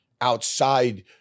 outside